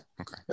Okay